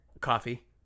Coffee